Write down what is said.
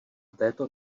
této